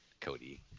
Cody